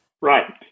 Right